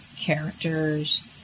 characters